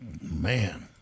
man